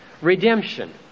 redemption